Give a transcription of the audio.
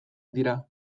dira